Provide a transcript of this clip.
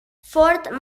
ford